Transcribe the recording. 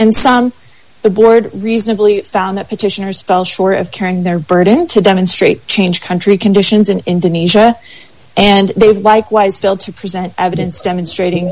and some the board reasonably found that petitioners fell short of current their burden to demonstrate change country conditions in indonesia and they've likewise failed to present evidence demonstrating